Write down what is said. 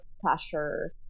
pressure